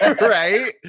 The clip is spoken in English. right